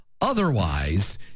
otherwise